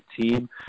team